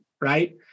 right